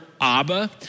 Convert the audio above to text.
Abba